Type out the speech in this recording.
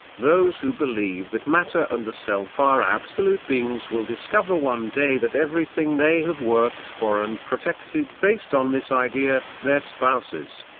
those who believe that matter and the self are absolute beings will discover one day that everything they have worked for and protected based on this idea their spouses,